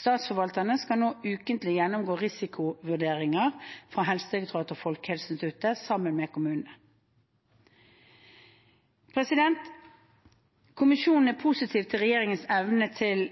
Statsforvalterne skal nå ukentlig gjennomgå risikovurderinger fra Helsedirektoratet og Folkehelseinstituttet sammen med kommunene. Kommisjonen er positiv til regjeringens evne til